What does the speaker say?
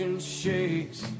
Shakes